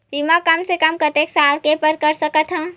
बीमा कम से कम कतेक साल के बर कर सकत हव?